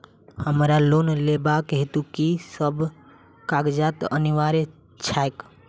हमरा लोन लेबाक हेतु की सब कागजात अनिवार्य छैक?